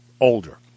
older